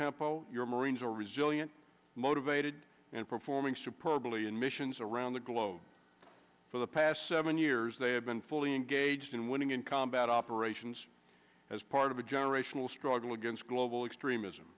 tempo your marines are resilient motivated and performing superbly in missions around the globe for the past seven years they have been fully engaged in winning in combat operations as part of a generational struggle against global extremism